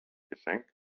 geschenk